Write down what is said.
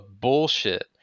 bullshit